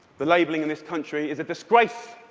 the labeling in this country is a disgrace.